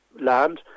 land